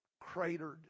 Cratered